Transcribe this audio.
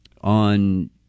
on